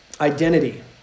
identity